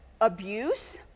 abuse